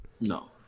No